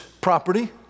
property